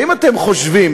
האם אתם חושבים,